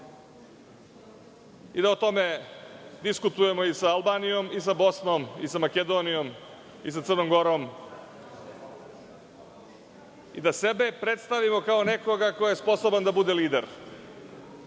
i da o tome diskutujemo i sa Albanijom, i sa Bosnom, i sa Makedonijom, i sa Crnom Gorom i da sebe predstavimo kao nekoga ko je sposoban da bude